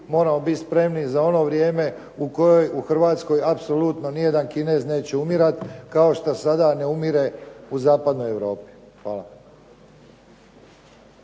moramo biti spremni za ono vrijeme u kojoj u Hrvatskoj apsolutno ni jedan Kinez neće umirati kao što sada ne umire u zapadnoj Europi. Hvala.